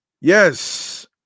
Yes